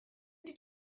did